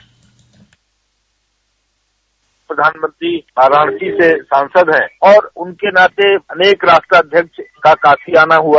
bite प्रधानमंत्री वाराणसी से सांसद है और उनके नाते अनेक राष्ट्राध्यक्ष का काशी आना हुआ